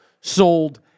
sold